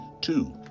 Two